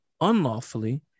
unlawfully